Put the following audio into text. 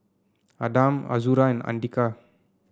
Adam Azura and Andika